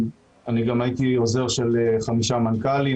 ואני גם הייתי עוזר של חמישה מנכ"לים,